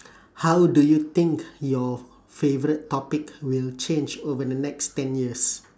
how do you think your favourite topic will change over the next ten years